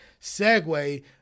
segue